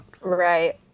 Right